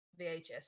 VHS